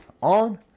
on